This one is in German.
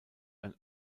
ein